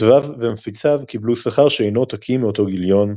כותביו ומפיציו קיבלו שכר שאינו עותקים מאותו גיליון.